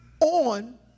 On